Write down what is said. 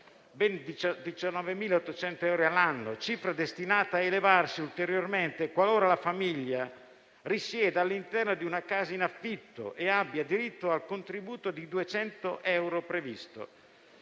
ben 19.800 euro all'anno, cifra destinata ad elevarsi ulteriormente qualora la famiglia risieda all'interno di una casa in affitto e abbia diritto al contributo di 200 euro previsto.